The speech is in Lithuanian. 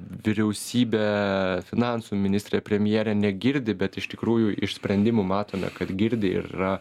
vyriausybė finansų ministrė premjerė negirdi bet iš tikrųjų iš sprendimų matome kad girdi ir yra